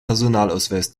personalausweis